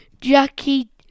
jackie